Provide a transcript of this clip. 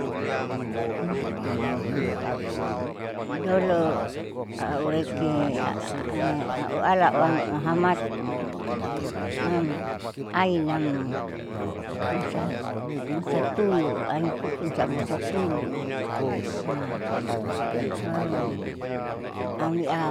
dolo au reki a aualauam hamatin siam ainam musa musa tulu aikuku musa tulu, baru ami'a